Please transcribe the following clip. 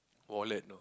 wallet